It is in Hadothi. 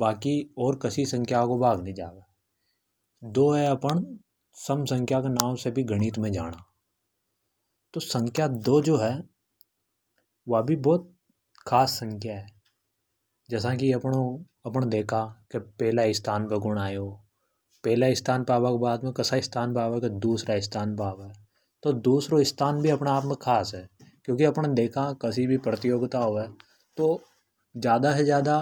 बाकी और कसी संख्या को भाग नि जावे। दो अ अपण सम संख्या के नाम से भी गणित में जाना। तो संख्या दो जो है वा भी बहुत खास संख्या है जसा कि अपन देखा कि पहला स्थान पे कुण आयो। पहला स्थान पे आबा के बाद में कसा स्थान पे आवे की दूसरा स्थान पे। तो दूसरों स्थान भी अपना खास है। क्योंकि अपने देखा कसी भी प्रतियोगिता होवे तो ज्यादा से ज्यादा